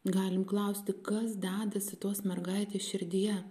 galim klausti kas dedasi tos mergaitės širdyje